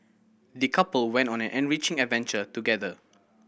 the couple went on an enriching adventure together